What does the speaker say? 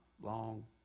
long